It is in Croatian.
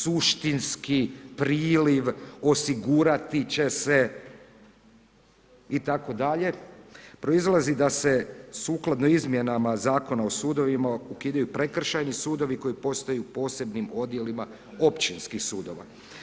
Suštinski, priliv, osigurati će se itd., proizlazi da se sukladno izmjenama Zakona o sudovima ukidaju prekršajni sudovi koji postaju posebnim odjelima općinskih sudova.